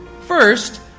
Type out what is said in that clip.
First